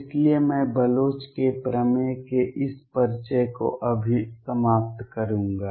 इसलिए मैं बलोच के प्रमेय के इस परिचय को अभी समाप्त करूंगा